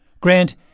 Grant